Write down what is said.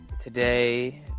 today